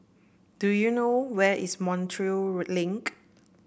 do you know where is Montreal Link